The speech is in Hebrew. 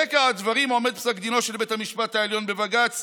ברקע הדברים עומד פסק דינו של בית המשפט העליון בבג"ץ